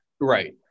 right